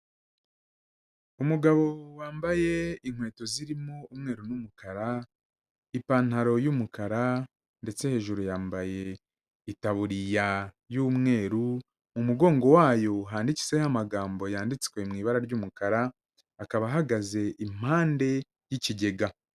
Umugabo wambaye inkweto zirimo umweru n'umukara, ipantaro y'umukara ndetse hejuru yambaye itaburiya y'umweru, mu mugongo wayo handitseho amagambo yanditswe mu ibara ry'umukara, akaba ahagaze impande y'ikigega.